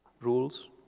rules